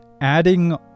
adding